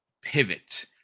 pivot